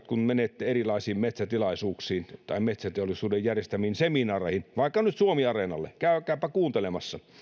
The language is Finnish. kun menette erilaisiin metsätilaisuuksiin tai metsäteollisuuden järjestämiin seminaareihin vaikka nyt suomiareenalle käykääpä kuuntelemassa